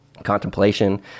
contemplation